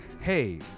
hey